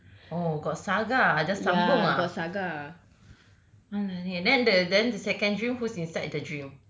oh got saga just sambung ah !walao! eh then the then the second dream whose inside the dream